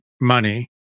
money